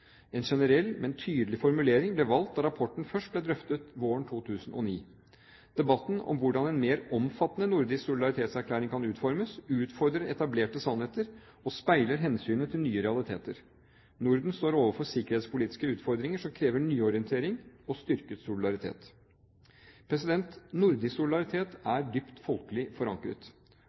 En generell, men tydelig formulering ble valgt da rapporten først ble drøftet våren 2009. Debatten om hvordan en mer omfattende nordisk solidaritetserklæring kan utformes, utfordrer etablerte sannheter og speiler hensynet til nye realiteter. Norden står overfor sikkerhetspolitiske utfordringer som krever nyorientering og styrket solidaritet. Nordisk solidaritet er dypt folkelig forankret.